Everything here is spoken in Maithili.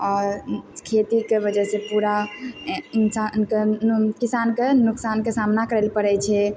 आओर खेतीके वजह से पूरा इनसानके नुक किसानके नुकसानके सामना करऽ पड़ै छै